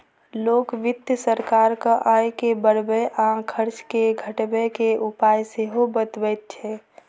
लोक वित्त सरकारक आय के बढ़बय आ खर्च के घटबय के उपाय सेहो बतबैत छै